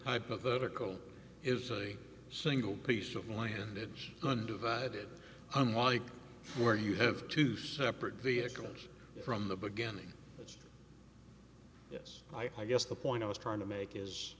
hypothetical is a single piece of landed undivided unlike where you have two separate vehicles from the beginning yes i guess the point i was trying to make is